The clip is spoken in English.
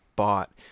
bought